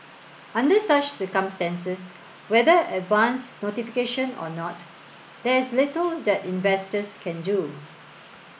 under such circumstances whether advance notification or not there is little that investors can do